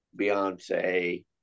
Beyonce